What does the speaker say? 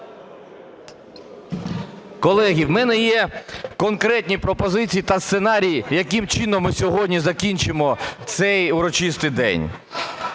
Колеги, в мене є конкретні пропозиції та сценарій, яким чином ми сьогодні закінчимо цей урочистий день.